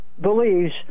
believes